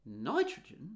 nitrogen